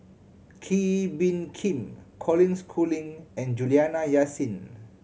Kee Bee Khim Colin Schooling and Juliana Yasin